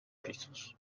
pisos